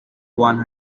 one